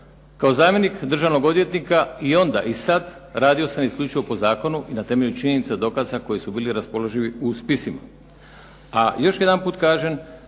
Kao zamjenik državnog odvjetnika i onda i sad radio sam isključivo po zakonu i na temelju činjenica, dokaza koji su bili raspoloživi u spisima. A još jedanput kažem